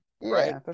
Right